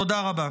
תודה רבה.